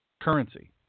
Currency